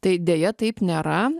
tai deja taip nėra